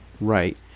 Right